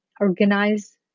organize